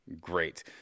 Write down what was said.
great